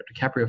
DiCaprio